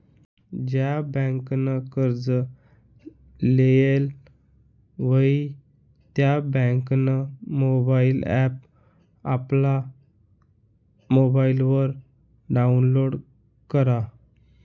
ज्या बँकनं कर्ज लेयेल व्हयी त्या बँकनं मोबाईल ॲप आपला मोबाईलवर डाऊनलोड करा